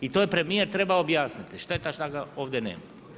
I to je premijer trebao objasniti, šteta šta ga ovdje nema.